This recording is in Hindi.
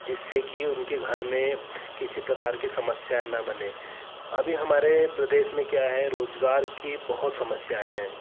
जिससे कि उनके घर में किसी प्रकार की समस्या न बने अभी हमारे प्रदेश में क्या है रोजगार की बहुत समस्या है